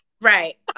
Right